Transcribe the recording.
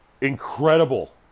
Incredible